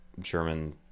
German